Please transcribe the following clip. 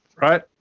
right